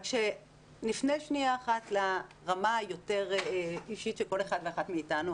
נפנה לרגע לרמה היותר אישית של כל אחד ואחת מאתנו.